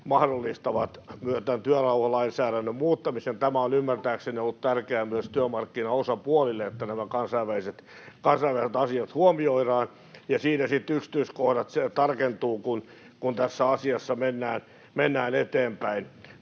mahdollistavat tämän työrauhalainsäädännön muuttamisen. Tämä on ymmärtääkseni ollut tärkeää myös työmarkkinaosapuolille, että nämä kansainväliset asiat huomioidaan. Ja siinä sitten yksityiskohdat tarkentuvat, kun tässä asiassa mennään eteenpäin.